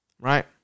Right